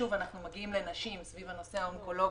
שוב זו אישה סביב הנושא האונקולוגי,